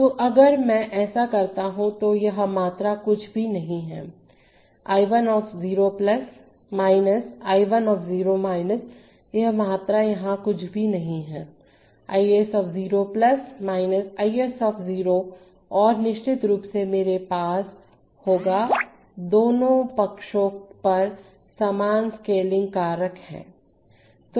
तो अगर मैं ऐसा करता हूं तो यह मात्रा कुछ भी नहीं हैI 1 of 0 I 1 of 0 यह मात्रा यहां कुछ भी नहीं है I s of 0 I s of 0 और निश्चित रूप से मेरे पास होगा दोनों पक्षों पर समान स्केलिंग कारक है